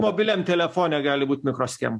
mobiliam telefone gali būt mikroschemų